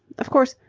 of course,